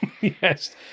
Yes